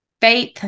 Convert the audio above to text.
faith